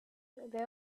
they